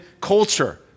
culture